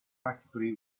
practically